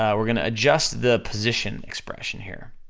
ah we're gonna adjust the position expression here,